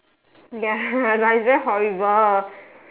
ya but it's very horrible